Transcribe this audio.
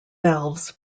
valves